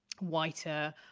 whiter